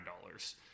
dollars